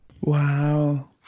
wow